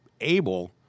able –